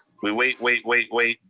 we wait, wait, wait, wait,